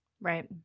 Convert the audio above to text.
Right